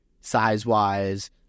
size-wise